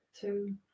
two